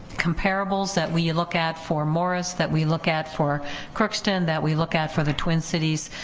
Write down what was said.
comparables that we look at for morris, that we look at for crookston, that we look at for the twin cities,